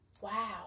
Wow